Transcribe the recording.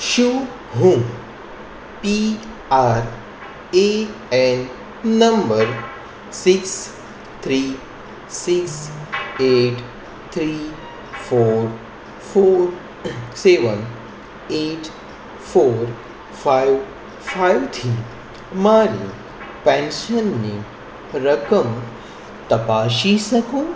શું હું PRAN number six three six eight three four four seven eight four five ફાઈવથી મારી પેન્સનની રકમ તપાસી શકું